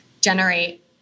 generate